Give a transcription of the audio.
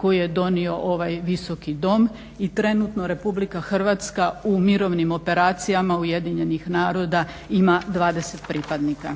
koju je donio ovaj Visoki dom. I trenutno RH u mirovnim operacijama UN-a ima 20 pripadnika.